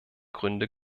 gründe